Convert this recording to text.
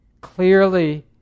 clearly